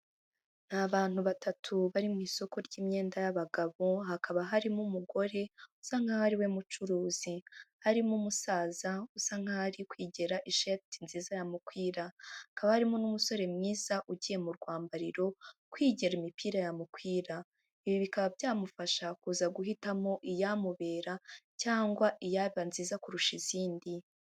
Ni abantu batatu ,bari mw'isoko ry'imyenda y'abagabo ,hakaba harimo umugore usa nkaho ariwe mucuruzi, harimo umusaza usa nkaho ari kwigera ishati nziza yamukwira, hakaba harimo n'umusore mwiza ugiye mu rwambariro, kwigera imipira yamukwira ,ibi bikaba byamufasha kuza guhitamo iyamubera ,cyangwa iyaba nziza kurusha izindi.